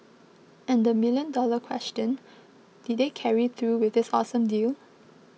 and the million dollar question did they carry through with this awesome deal